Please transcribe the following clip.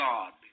God